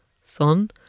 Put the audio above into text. son